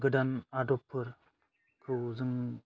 गोदान आदबफोरखौ जों